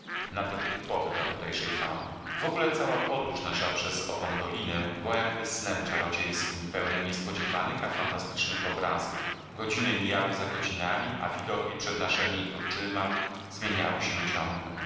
nader typowe dla tutejszej fauny wogóle cała podróż nasza przez ową dolinę była jakby snem czarodziejskim pełnym niespodziewanych a fantastycznych obrazów godziny mijały za godzinami a widoki przed naszemi oczyma zmieniały się ciągle